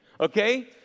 okay